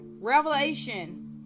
revelation